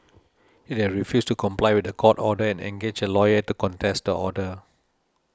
it had refused to comply with the court order and engaged a lawyer to contest the order